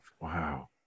Wow